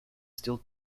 still